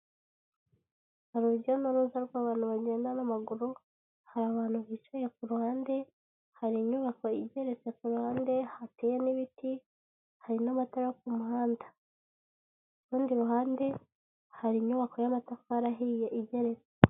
Hari urujya n'uruza rw'abantu bagenda n'amaguru, hari abantu bicaye ku ruhande, hari inyubako igeretse kuhande, hateye n'ibiti, hari n'amatara yo kumuhanda, ku rundi ruhande hari inyubako y'amatafari ahiye igeretse.